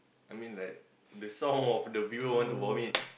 I mean like the sound of the people who want to vomit